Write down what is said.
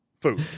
food